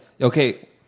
Okay